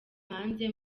hanze